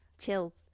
Chills